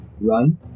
run